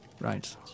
Right